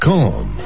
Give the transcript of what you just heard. Calm